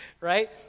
right